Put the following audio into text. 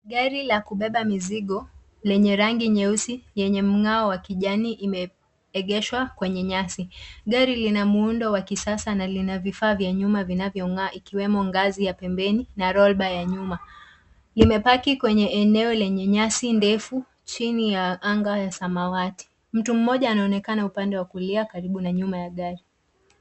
Gari la kubeba mizigo lenye rangi nyeusi yenye mng'ao wa kijani imeegeshwa kwenye nyasi. Gari lina muundo wa kisasa na lina vifaa vya nyuma vinavyong'aa ikiwemo ngazi ya pembeni na rollbar ya nyuma. Limepaki kwenye eneo lenye nyasi ndefu chini ya anga ya samawati. Mtu mmoja anaonekana upande wa kulia karibu na nyuma ya gari.